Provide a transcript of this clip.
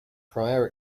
prior